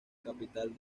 capital